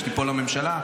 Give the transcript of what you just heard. כשתיפול הממשלה,